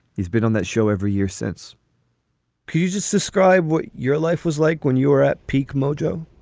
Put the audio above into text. he's been on that show every year since pujas describe what your life was like when you were at peak mojo